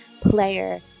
player